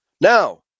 Now